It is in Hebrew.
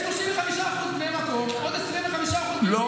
יש 35% בני מקום, עוד 25% מילואימניקים, לא